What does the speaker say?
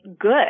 good